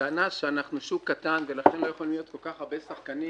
הטענה שאנחנו שוק קטן ולכן לא יכולים להיות כל כך הרבה שחקנים,